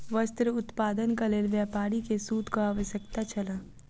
वस्त्र उत्पादनक लेल व्यापारी के सूतक आवश्यकता छल